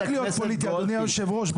אדוני היושב ראש,